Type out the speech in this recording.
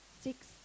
six